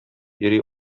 йөри